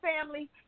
family